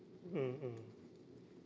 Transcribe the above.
mm mm